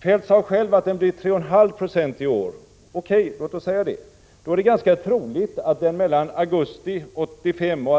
Kjell-Olof Feldt sade själv att inflationen blir 3,5 20 i år. O.K., låt oss säga det. Då är det ganska troligt att den mellan augusti 1985 och